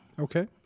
Okay